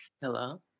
Hello